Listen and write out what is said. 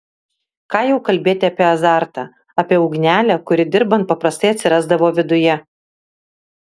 ką jau kalbėti apie azartą apie ugnelę kuri dirbant paprastai atsirasdavo viduje